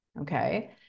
Okay